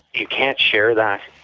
you can't share that.